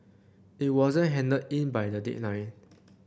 it wasn't handed in by the deadline